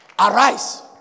Arise